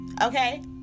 okay